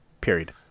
period